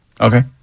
Okay